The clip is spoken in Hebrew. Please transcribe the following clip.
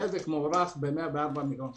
הנזק מוערך ב-104 מיליון שקל.